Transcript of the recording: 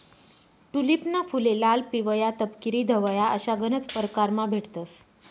टूलिपना फुले लाल, पिवया, तपकिरी, धवया अशा गनज परकारमा भेटतंस